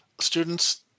students